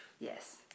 Yes